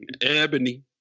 Ebony